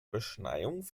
beschneiung